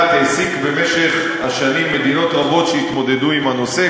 העסיק במשך השנים מדינות רבות שהתמודדו עם הנושא,